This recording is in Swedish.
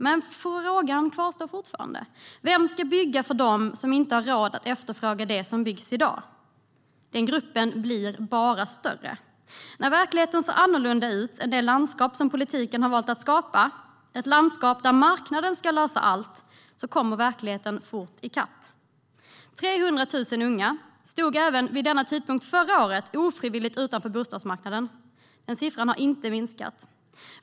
Men frågan kvarstår fortfarande: Vem ska bygga för dem som inte har råd att efterfråga det som byggs i dag? Den gruppen blir bara större. När verkligheten ser annorlunda ut än det landskap som politiken har valt att skapa, i ett landskap där marknaden ska lösa allt, kommer verkligheten fort i kapp. 300 000 unga stod vid denna tidpunkt även förra året ofrivilligt utanför bostadsmarknaden. Den siffran har inte minskat.